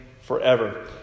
forever